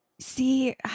See